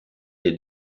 des